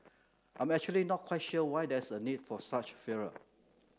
I'm actually not quite sure why there's a need for such furor